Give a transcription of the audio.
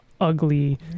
ugly